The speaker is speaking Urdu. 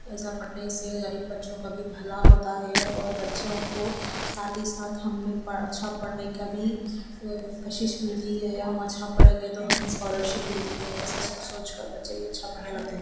ایسا پڑھنے سے غریب بچوں کا بھی بھلا ہوتا ہے اور بچوں کو ساتھ ہی ساتھ ہم اچھا پڑھنے کا بھی کشش ملتی ہے ہم اچھا پڑھیں گے تو ہمیں اسکالر شپ ملتی ہے ایسا سوچ سوچ کر بچے بھی اچھا پڑھنے لگتے ہیں